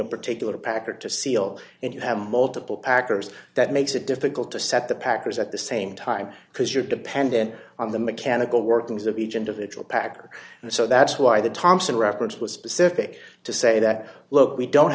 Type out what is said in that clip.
a particular packer to seal and you have multiple actors that makes it difficult to set the packers at the same time because you're dependent on the mechanical workings of each individual packer and so that's why the thompson reference was specific to say that look we don't